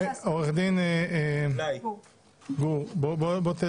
עורך-דין גור בליי בבקשה,